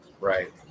right